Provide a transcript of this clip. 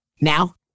Now